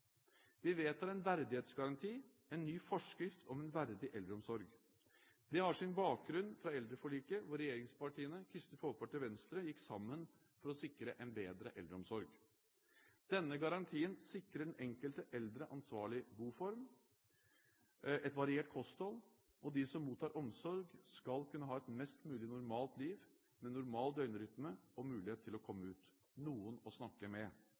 Vi vedtar en verdighetsgaranti, en ny forskrift om en verdig eldreomsorg. Det har sin bakgrunn fra eldreforliket, hvor regjeringspartiene, Kristelig Folkeparti og Venstre gikk sammen for å sikre en bedre eldreomsorg. Denne garantien sikrer den enkelte eldre forsvarlig boform og et variert kosthold. De som mottar omsorg, skal kunne ha et mest mulig normalt liv, med normal døgnrytme, mulighet til å komme ut og ha noen å snakke med.